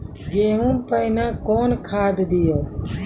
गेहूँ पहने कौन खाद दिए?